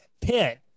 pit